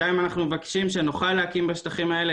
2' אנחנו מבקשים שנוכל להקים בשטחים האלה